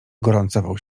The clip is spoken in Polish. gorącował